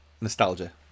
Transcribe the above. nostalgia